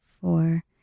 four